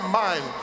mind